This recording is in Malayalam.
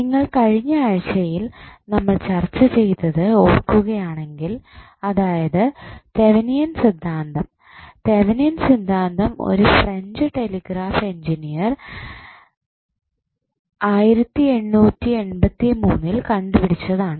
നിങ്ങൾ കഴിഞ്ഞ ആഴ്ചയിൽ നമ്മൾ ചർച്ച ചെയ്തത് ഓർക്കുകയാണെങ്കിൽ അതായത് തെവനിയൻ സിദ്ധാന്തം തെവനിയൻ സിദ്ധാന്തം ഒരു ഫ്രഞ്ച് ടെലിഗ്രാഫ് എൻജിനീയർ 1883 യിൽ കണ്ടുപിടിച്ചതാണ്